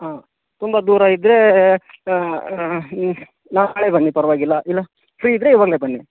ಹಾಂ ತುಂಬ ದೂರ ಇದ್ದರೆ ನಾಳೆ ಬನ್ನಿ ಪರವಾಗಿಲ್ಲ ಇಲ್ಲ ಫ್ರೀ ಇದ್ದರೆ ಇವಾಗಲೇ ಬನ್ನಿ